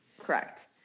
correct